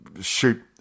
shoot